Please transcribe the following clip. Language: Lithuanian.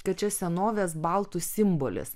kad čia senovės baltų simbolis